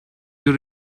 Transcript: you